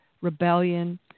rebellion